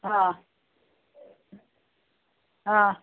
ಹಾಂ ಹಾಂ